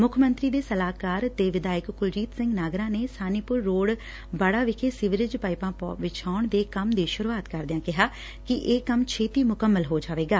ਮੁੱਖ ਮੰਤਰੀ ਦੇ ਸਲਾਹਕਾਰਂ ਤੇ ਵਿਧਾਇਕ ਕੁਲਜੀਤ ਸਿੰਘ ਨਾਗਰਾ ਨੇ ਸਾਨੀਪੁਰ ਰੋਡ ਬਾੜਾ ਵਿਖੇ ਸੀਵਰੇਜ ਪਾਈਪਾਂ ਵਿਛਾਉਣ ਦੇ ਕੰਮ ਦੀ ਸ਼ੁਰੁਆਤ ਕਰਦਿਆਂ ਕਿਹਾ ਕਿ ਇਹ ਕੰਮ ਛੇਤੀ ਮੁਕੰਮਲ ਹੋ ਜਾਵੇਗਾ